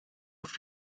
auf